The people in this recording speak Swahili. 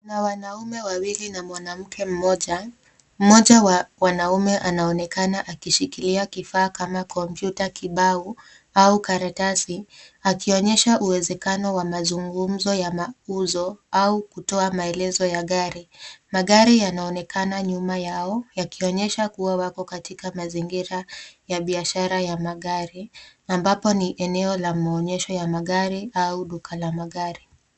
Kuna wanaume wawili na mwanamke mmoja. Mmoja wa wanaume anaonekana akishilkilia kifaa kama kompyuta kibao au karatasi akionyesha uwezekano wa mazungumzo ya mauzo au kutoa maelezo ya gari. Magari yanaonekana nyuma yao yakionyesha kuwa wako katika mazingira ya biashara ya magari ambapo ni eneo la maonyesho ya magari aua duka la magari.